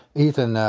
ethan,